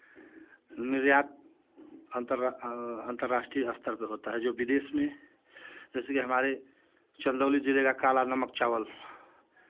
निर्यात अंतर अंतर्राष्ट्रीय स्तर पे होता है जो विदेश में जैसे कि हमारे चंदौली जिले का काला नामक चावल